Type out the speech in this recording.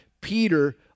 Peter